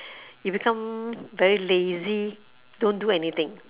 you become very lazy don't do anything